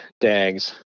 dags